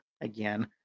Again